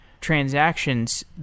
transactions